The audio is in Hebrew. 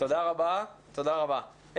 תודה רבה, תודה רבה.